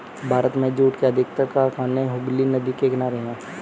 भारत में जूट के अधिकतर कारखाने हुगली नदी के किनारे हैं